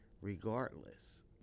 regardless